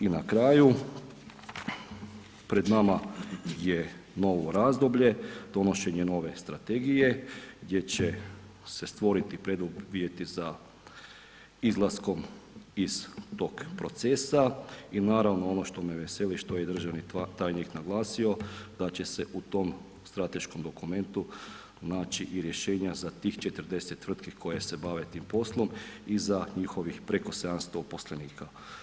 I na kraju, pred nama je novo razdoblje, donošenje nove strategije gdje će se stvoriti preduvjeti za izlaskom iz tog procesa i naravno ono što me veseli, što je državni tajnik naglasio da će se u tom strateškom dokumentu naći i rješenja za tih 40 tvrtki koje se bave tim poslom i za njihovih preko 700 uposlenika.